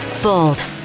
Bold